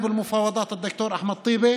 ייצג אותנו במשא ומתן ד"ר אחמד טיבי,